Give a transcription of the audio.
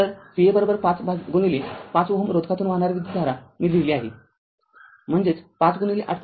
तर Va ५ गुणिले ५ Ω रोधकातून वाहणारी विद्युतधारा मी लिहीत आहे म्हणजेच ५ गुणिले ८